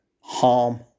harm